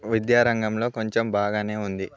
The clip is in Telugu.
విద్యారంగంలో కొంచెం బాగానే ఉంది